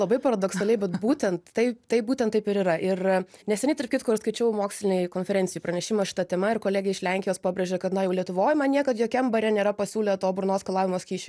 labai paradoksaliai bet būtent tai taip būtent taip ir yra ir neseniai tarp kitko ir skaičiau mokslinėj konferencijoj pranešimą šitą tema ir kolegė iš lenkijos pabrėžė kad na jau lietuvoj man niekad jokiam bare nėra pasiūlę to burnos skalavimo skysčio